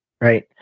Right